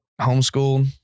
homeschooled